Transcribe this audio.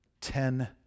ten